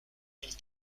mille